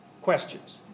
questions